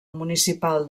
municipal